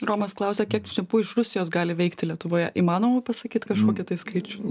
romas klausia kiek šnipų iš rusijos gali veikti lietuvoje įmanoma pasakyt kažkokį tai skaičių